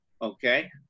Okay